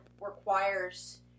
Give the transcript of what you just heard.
requires